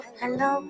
hello